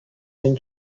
این